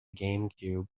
gamecube